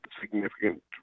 significant